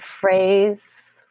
phrase